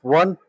one